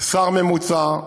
שר ממוצע,